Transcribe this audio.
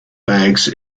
bags